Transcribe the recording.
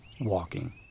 WALKING